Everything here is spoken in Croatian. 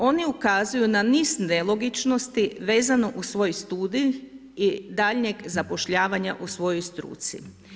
Oni ukazuju na niz nelogičnosti vezano uz svoj studij i daljnjeg zapošljavanja u svojoj struci.